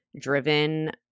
driven